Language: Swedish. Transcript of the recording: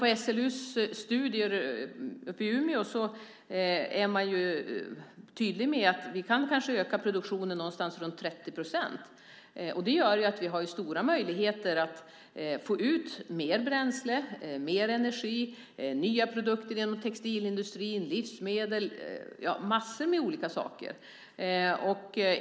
SLU har gjort studier i Umeå där man är tydlig med att vi kanske kan öka produktionen med runt 30 %. Det gör att vi har stora möjligheter att få ut mer bränsle, mer energi, nya produkter inom textilindustrin, livsmedel och en massa olika saker.